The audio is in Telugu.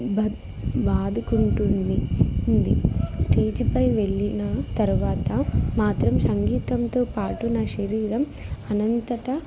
బద్ బాదుకుంటూ ఉంది స్టేజ్పై వెళ్ళిన తర్వాత మాత్రం సంగీతంతో పాటు నా శరీరం అంతటా